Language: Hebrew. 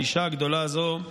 האישה הגדולה הזו,